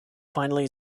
finally